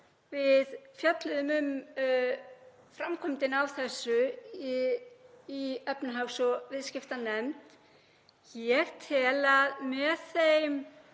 við fjölluðum um framkvæmdina á þessu í efnahags- og viðskiptanefnd. Ég tel að með þeim